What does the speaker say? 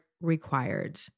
required